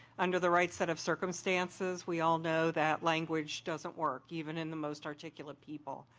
under the right set of circumstances, we all know that language doesn't work, even in the most articulate people.